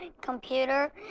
computer